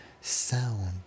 sound